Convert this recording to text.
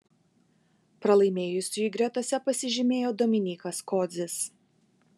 pralaimėjusiųjų gretose pasižymėjo dominykas kodzis